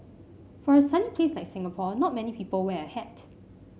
for a sunny place like Singapore not many people wear a hat